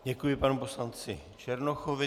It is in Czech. Děkuji panu poslanci Černochovi.